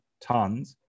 tons